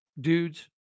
dudes